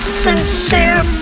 sincere